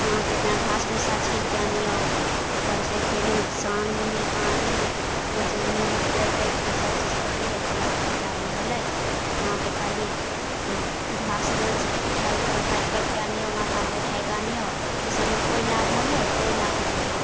अहाँ कतना घास भुस्सा छिलिके आनिऔ उपरसँ फेर सानी पानि रोज मेहनति करि करिके सबचीज करलिए तैओ फायदा नहि होलै अहाँके कहली से घास रोज उठैकऽ काटि काटिके आनिए माथापर उठैके आनिऔ ई सबमे कोइ लाभ होलै कोइ लाभ नहि होलै